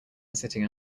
sitting